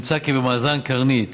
נמצא כי במאזן קרנית,